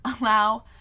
allow